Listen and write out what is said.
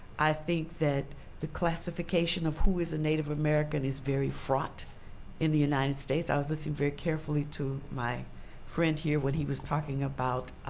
i think that the classification of who is a native american is very fraught in the united states. i was listening very carefully to my friend here, when he was talking about